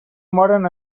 moren